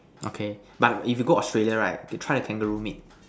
okay but if you go Australia right you try the kangaroo meat